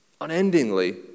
unendingly